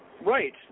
Right